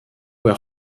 were